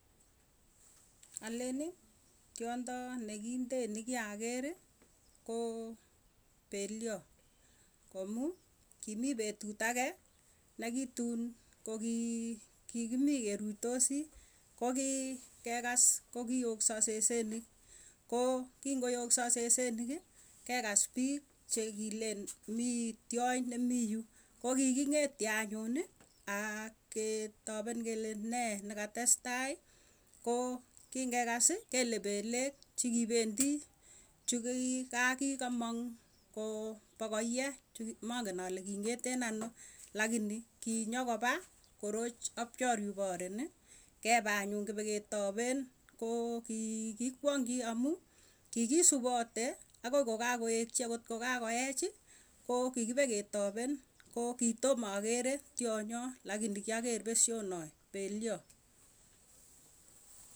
Aleni tiondo nekinde nikiakeri, koo pelyoo. Komu kimii petut agee nekitun kokii kikimii kerutosi, kokii kekas kokioksa sesenik koo kongoyoksa seseniki, kekas piik che kilen mii tiony ne mii yuu. Kokiking'etie anyuni, ak ketapen kele nee nekatestai koo, kingekasi kele pelek chikipendi chukii ka kikamong koo pokoye, mangen ale king'eteen anoo lakini kinyokopa, korooch kepee anyun kipiketapen. Koo kiiki kwangchi amuu kikisupate akoi kokakoekchi akot kokatkoechi ko kikipeketapen ko kitomakere tionyo lakini kiakerr pesyonoe pelyo.